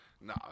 no